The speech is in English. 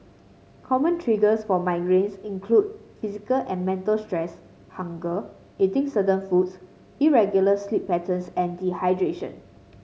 common triggers for migraines include physical and mental stress hunger eating certain foods irregular sleep patterns and dehydration